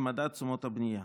למדד תשומות הבנייה,